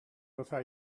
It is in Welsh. wrtha